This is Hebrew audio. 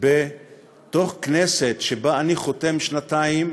בתוך כנסת שבה אני חותם שנתיים,